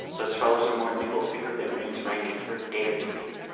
those fellows are more nimble-fingered than rance rankin ever dared to be!